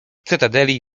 cytadeli